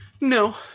No